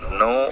no